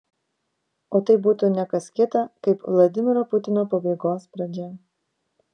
o tai būtų ne kas kita kaip vladimiro putino pabaigos pradžia